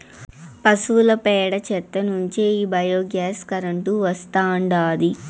పశువుల పేడ చెత్త నుంచే ఈ బయోగ్యాస్ కరెంటు వస్తాండాది